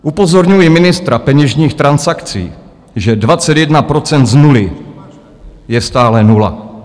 Upozorňuji ministra peněžních transakcí, že 21 % z nuly je stále nula.